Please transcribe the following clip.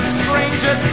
stranger